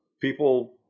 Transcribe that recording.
people